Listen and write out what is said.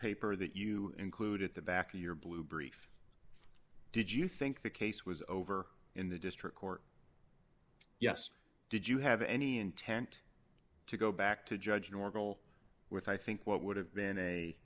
paper that you include at the back of your blue brief did you think the case was over in the district court yes did you have any intent to go back to judge normal with i think what would have been